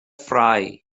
frei